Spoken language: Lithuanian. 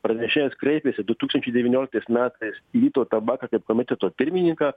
pranešėjas kreipėsi du tūkstančiai devynioliktais metais į vytautą baką kaip komiteto pirmininką